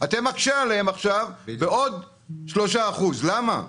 אתה מקשה עליהם בעוד 3%. למה?